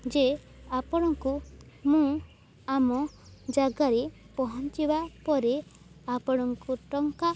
ଯେ ଆପଣଙ୍କୁ ମୁଁ ଆମ ଜାଗାରେ ପହଞ୍ଚିବା ପରେ ଆପଣଙ୍କୁ ଟଙ୍କା